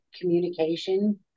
communication